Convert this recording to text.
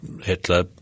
Hitler